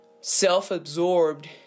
self-absorbed